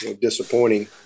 disappointing